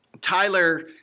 Tyler